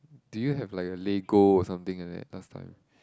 do you have like a lego or something like that last time